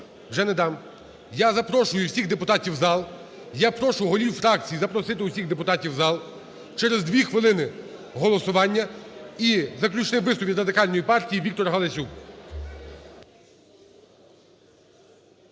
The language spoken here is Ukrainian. вже не дам. Я запрошую всіх депутатів у зал. Я прошу голів фракцій запросити усіх депутатів у зал, через 2 хвилини голосування. І заключний виступ від Радикальної партії – Віктор Галасюк.